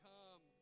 Come